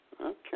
Okay